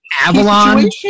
Avalon